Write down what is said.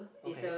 okay